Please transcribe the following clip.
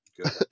Good